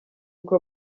uko